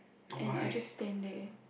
why